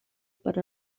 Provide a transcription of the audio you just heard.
per